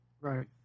Right